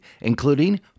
including